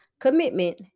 commitment